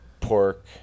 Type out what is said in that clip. pork